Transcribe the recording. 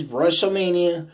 WrestleMania